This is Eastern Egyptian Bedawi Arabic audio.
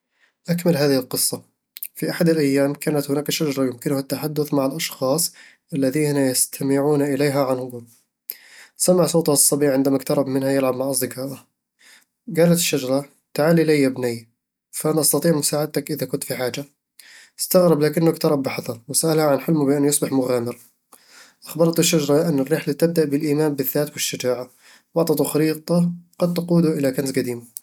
أكمل هذه القصة: في أحد الأيام، كانت هناك شجرة يمكنها التحدث مع الأشخاص الذين يستمعون إليها عن قرب. سمع صوتها الصبي عندما اقترب منها يلعب مع أصدقائه. قالت الشجرة: "تعال إليَّ يا بني، فأنا أستطيع مساعدتك إذا كنت في حاجة." استغرب لكنه اقترب بحذر، وسألها عن حلمه في أن يُصبح مغامر أخبرته الشجرة أن الرحلة تبدأ بالإيمان بالذات والشجاعة، وأعطته خريطة قد تقوده إلى كنز قديم